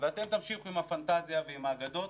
ואתם תמשיכו עם הפנטזיה ועם האגדות.